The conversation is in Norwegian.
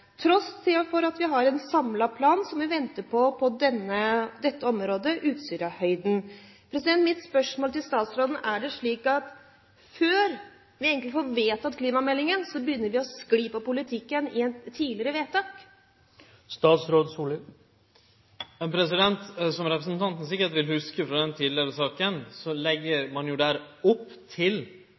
tross for at vi har en samlet plan som vi venter på på dette området, om Utsirahøyden. Mitt spørsmål til statsråden er: Er det slik at før vi egentlig får vedtatt klimameldingen, begynner vi å skli på politikken i et tidligere vedtak? Som representanten sikkert vil hugse frå saka tidlegare i dag, så legg ein jo der opp til